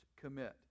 commit